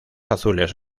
azules